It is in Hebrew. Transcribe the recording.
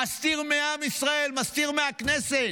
הוא מסתיר מעם ישראל, מסתיר מהכנסת.